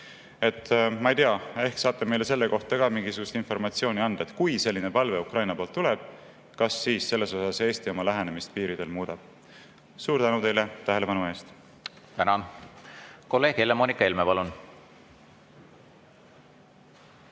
Ma ei tea, ehk saate meile selle kohta ka mingisugust informatsiooni anda, et kui selline palve Ukrainalt tuleb, kas siis selles osas Eesti oma lähenemist piiridel muudab. Suur tänu teile tähelepanu eest! Tänan! Kolleeg Helle-Moonika Helme, palun!